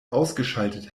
ausgeschaltet